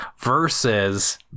versus